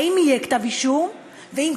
האם יהיה כתב אישום והאם,